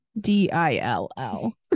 D-I-L-L